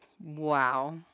Wow